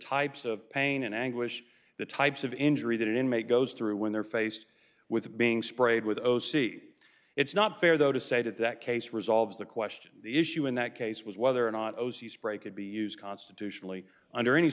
types of pain and anguish the types of injury that an inmate goes through when they're faced with being sprayed with o c it's not fair though to say that that case resolves the question the issue in that case was whether or not o c spray could be used constitutionally under any